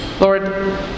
Lord